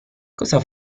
cosa